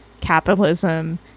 capitalism